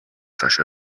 цааш